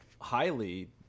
highly